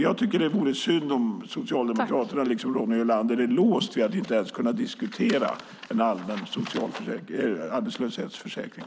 Jag tycker att det vore synd om Socialdemokraterna, liksom Ronny Olander, är låsta vid att inte ens kunna diskutera en allmän arbetslöshetsförsäkring.